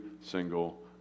single